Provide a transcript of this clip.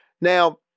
Now